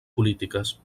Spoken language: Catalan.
polítiques